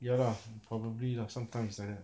ya lah probably lah sometimes it's like that